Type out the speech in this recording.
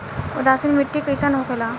उदासीन मिट्टी कईसन होखेला?